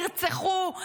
נרצחו,